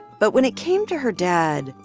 but when it came to her dad,